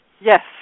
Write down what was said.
yes